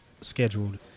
scheduled